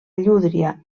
llúdria